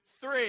three